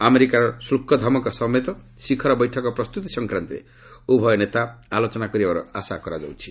ଆମେରିକାର ଶୁଳ୍କ ଧମକ ସମେତ ଶିଖର ବୈଠକ ପ୍ରସ୍ତୁତି ସଂକ୍ରାନ୍ତରେ ଉଭୟ ନେତା ଆଲୋଚନା କରିବାର ଆଶା କରାଯାଉଛି